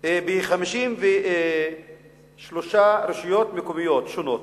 ב-53 רשויות מקומיות שונות,